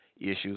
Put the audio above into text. issues